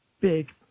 big